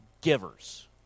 givers